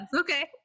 okay